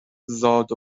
زاد